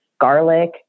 garlic